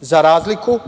Za razliku,